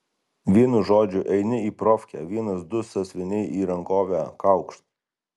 vienu žodžiu eini į profkę vienas du sąsiuviniai į rankovę kaukšt